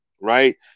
right